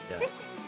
Yes